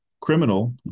Criminal